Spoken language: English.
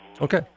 Okay